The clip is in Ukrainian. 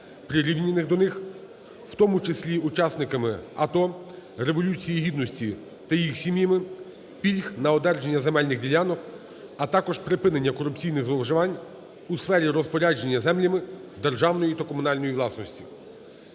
прирівняних до них, в тому числі учасниками АТО, Революції Гідності та їх сім'ями пільг на одержання земельних ділянок, а також припинення корупційних зловживань у сфері розпорядження землями державної та комунальної власності.